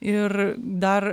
ir dar